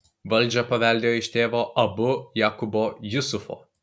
valdžią paveldėjo iš tėvo abu jakubo jusufo